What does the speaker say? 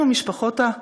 עם המשפחות השכולות?